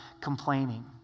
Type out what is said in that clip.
complaining